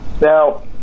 now